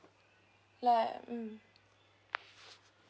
like mm